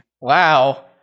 wow